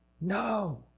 No